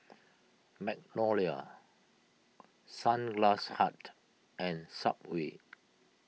Magnolia Sunglass Hut and Subway